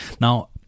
Now